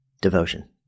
Devotion